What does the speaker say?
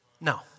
No